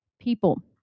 people